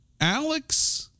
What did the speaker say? Alex